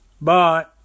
Bye